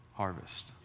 Harvest